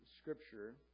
scripture